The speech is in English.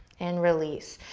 and release.